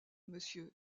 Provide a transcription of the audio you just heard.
monsieur